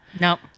No